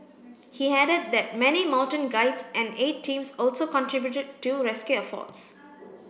he added that many mountain guides and aid teams also contributed to rescue efforts